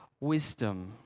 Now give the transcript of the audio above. wisdom